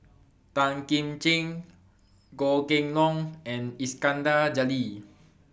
Tan Kim Ching Goh Kheng Long and Iskandar Jalil